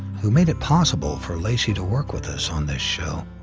who made it possible for lacy to work with us on the show.